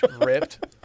ripped